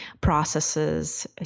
processes